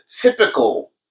typical